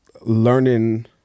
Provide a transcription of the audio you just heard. learning